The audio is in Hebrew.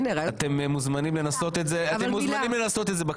אתם מוזמנים לנסות את זה בקלפיות.